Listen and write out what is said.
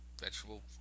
vegetable